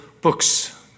books